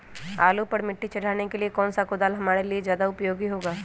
आलू पर मिट्टी चढ़ाने के लिए कौन सा कुदाल हमारे लिए ज्यादा उपयोगी होगा?